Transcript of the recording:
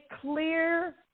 clear